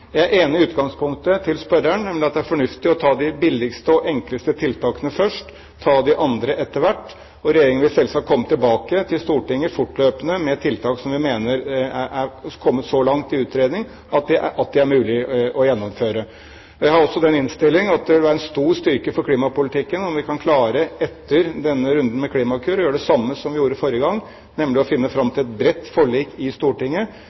Jeg er enig i utgangspunktet til spørreren, nemlig at det er fornuftig å ta de billigste og enkleste tiltakene først og de andre etter hvert. Regjeringen vil selvsagt fortløpende komme tilbake til Stortinget med tiltak som vi mener er kommet så langt i utredning at de er mulig å gjennomføre. Jeg har også den innstilling at det vil være en stor styrke for klimapolitikken om vi etter denne runden med Klimakur kan klare å gjøre det samme som vi gjorde forrige gang, nemlig finne fram til et bredt forlik i Stortinget.